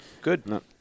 Good